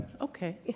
Okay